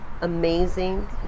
Amazing